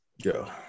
Go